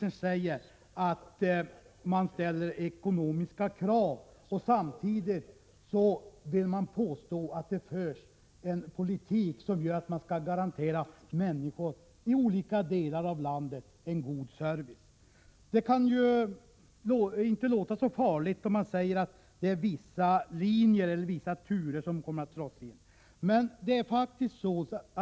Han säger att man ställer ekonomiska krav. Men samtidigt vill man påstå att det förs en politik som innebär att man skall garantera människor i olika delar av landet en god service. Det kanske inte låter så farligt om man säger att det är vissa linjer, eller — Prot. 1986/87:95 vissa turer, som kommer att dras in.